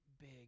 big